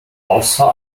außer